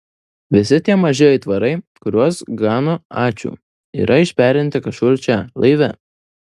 visi tie maži aitvarai kuriuos gano ačiū yra išperinti kažkur čia laive